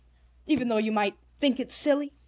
even though you might think it silly?